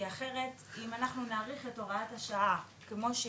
כי אחרת אם אנחנו נאריך את הוראת השעה כמו שהיא,